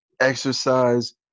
exercise